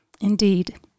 Indeed